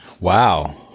Wow